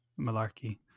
malarkey